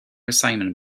assignment